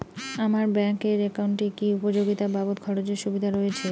আমার ব্যাংক এর একাউন্টে কি উপযোগিতা বাবদ খরচের সুবিধা রয়েছে?